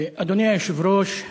אדוני היושב-ראש,